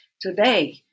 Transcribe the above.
Today